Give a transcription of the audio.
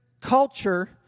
culture